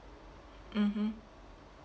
mmhmm